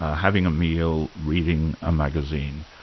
having a meal, reading a magazine.